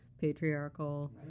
patriarchal